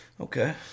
okay